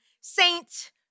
saint